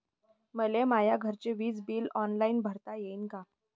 मले माया घरचे विज बिल ऑनलाईन भरता येईन का?